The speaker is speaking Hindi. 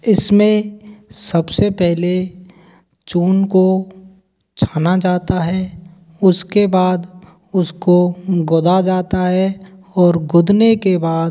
इसमें सबसे पले चून को छाना जाता है उसके बाद उसको गोदा जाता है और गोदने के बाद